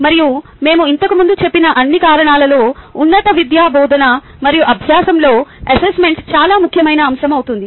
మరియు మేము ఇంతకుముందు చెప్పిన అన్ని కారణాలలో ఉన్నత విద్య బోధన మరియు అభ్యాసంలో అసెస్మెంట్ చాలా ముఖ్యమైన అంశం అవుతుంది